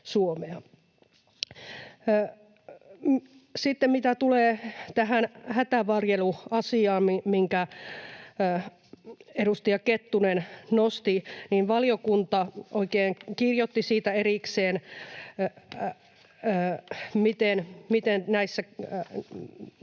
Sitten, mitä tulee tähän hätävarjeluasiaan, minkä edustaja Kettunen nosti, niin valiokunta oikein kirjoitti siitä erikseen, miten näissä